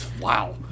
wow